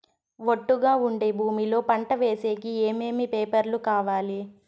ఒట్టుగా ఉండే భూమి లో పంట వేసేకి ఏమేమి పేపర్లు కావాలి?